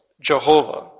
Jehovah